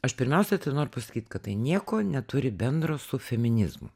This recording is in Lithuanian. aš pirmiausia noriu pasakyt kad tai nieko neturi bendro su feminizmu